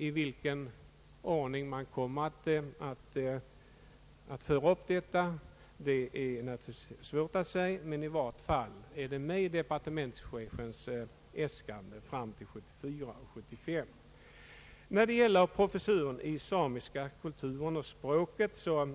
I vilken ordning man kommer att föra upp detta är naturligtvis svårt att säga, men i varje fall är det med i departementschefens äskanden fram till budgetåret 1974/75.